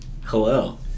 Hello